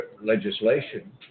legislation